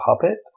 puppet